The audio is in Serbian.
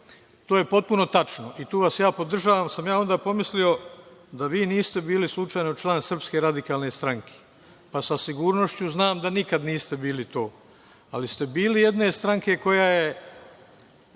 To je potpuno tačno i tu vas ja podržavam, ali sam onda pomislio da vi niste bili slučajno član SRS, pa sa sigurnošću znam da nikad niste bili to, ali ste bili jedne stranke koja je